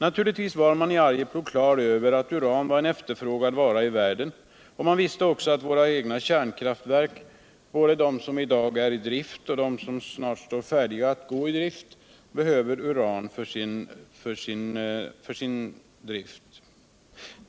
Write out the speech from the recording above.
Naturligtvis var man i Arjeplog klar över alt uran var en efterfrågad vara i världen, och man visste också att våra egna kärnkraftverk, både de som i dag är I drift och de som står färdiga att gå i drift, behöver uran.